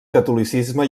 catolicisme